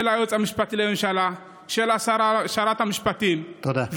של היועץ המשפטי לממשלה, של שרת המשפטים, תודה.